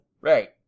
Right